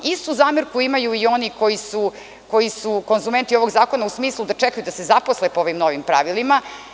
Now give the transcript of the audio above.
Istu zamerku imaju i oni koji su konzumenti ovog zakona u smislu da čekaju da se zaposle po ovim novim pravilima.